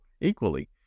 equally